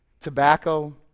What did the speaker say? tobacco